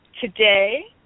today